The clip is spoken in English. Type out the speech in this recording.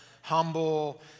humble